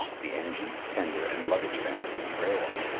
the engine, tender, and luggage van were derailed.